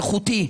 איכותי.